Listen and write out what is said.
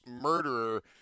murderer